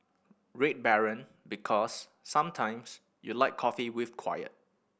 Red Baron Because sometimes you like coffee with quiet